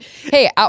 hey